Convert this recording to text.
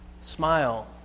smile